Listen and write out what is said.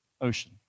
ocean